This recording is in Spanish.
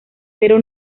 pero